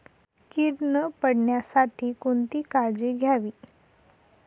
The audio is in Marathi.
कीड न पडण्यासाठी कोणती काळजी घ्यावी?